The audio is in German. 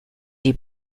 die